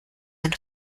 eine